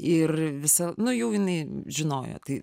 ir visa nu jau jinai žinojo tai